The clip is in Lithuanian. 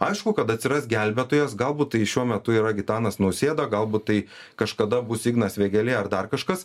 aišku kad atsiras gelbėtojas galbūt tai šiuo metu yra gitanas nausėda galbūt tai kažkada bus ignas vėgėlė ar dar kažkas